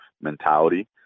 mentality